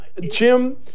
Jim